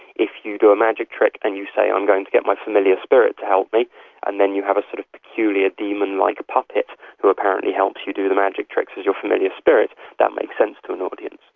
if you do a magic trick and you say, i'm going to get my familiar spirit to help me and then you have a sort of peculiar demon-like puppet who apparently helps you do the magic tricks as your familiar spirit, spirit, that makes sense to an audience.